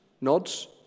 Nods